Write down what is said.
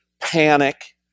panic